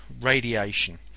radiation